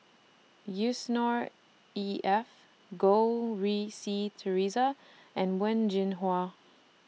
Yusnor E F Goh Rui Si Theresa and Wen Jinhua